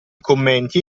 commenti